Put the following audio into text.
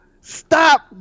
Stop